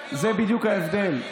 זה בדיוק ההבדל.